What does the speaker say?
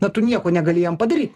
na tu nieko negali jam padaryt